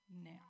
now